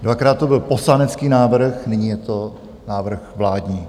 Dvakrát to byl poslanecký návrh, nyní je to návrh vládní.